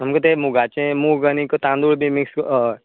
आमकां ते मुगाचे मूग आनी तांदूळ बी मिक्स हय